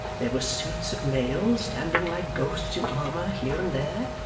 there were suits of mail standing like ghosts in armour here and there,